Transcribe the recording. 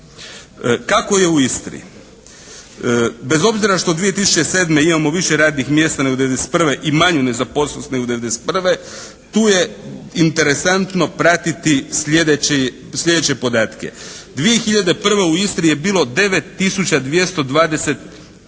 Kako je u Istri? Bez obzira što 2007. imamo više radnih mjesta nego 1991. i manju nezaposlenost nego 1991. tu je interesantno pratiti sljedeći, sljedeće podatke. 2001. u Istri je bilo 9